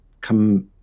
come